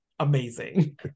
Amazing